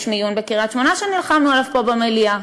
יש מיון בקריית-שמונה שנלחמנו עליו פה במליאה.